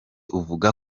uvuga